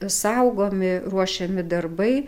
saugomi ruošiami darbai